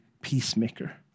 peacemaker